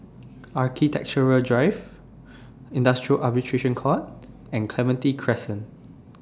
Architecture Drive Industrial Arbitration Court and Clementi Crescent